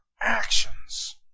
actions